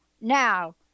Now